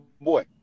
boy